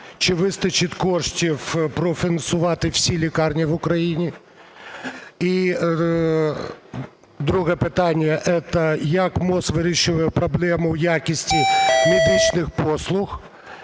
Чи вистачить коштів профінансувати всі лікарні в Україні? І друге питання. Як МОЗ вирішує проблему якості медичних послуг?